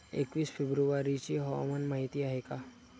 एकवीस फेब्रुवारीची हवामान माहिती आहे का?